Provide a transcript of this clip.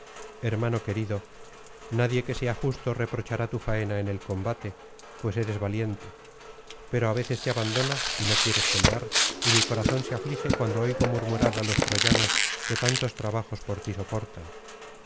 hermano querido nadie que sea justo reprochará tu faena en el combate pues eres valiente pero á veces te abandonas y no quieres pelear y mi corazón se aflige cuando oigo jnurmurar á los troyanos que tantos trabajos por ti soportan